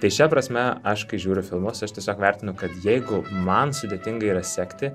tai šia prasme aš kai žiūriu filmus aš tiesiog vertinu kad jeigu man sudėtinga yra sekti